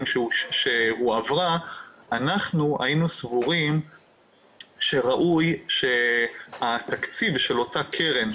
שהועברה אנחנו היינו סבורים שראוי שהתקציב של אותה קרן,